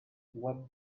what